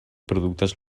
productes